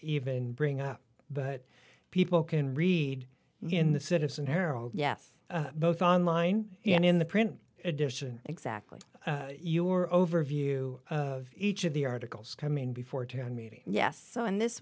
even bring up but people can read in the citizen herald yes both online and in the print edition exactly your overview of each of the articles coming before ten meeting yes so in this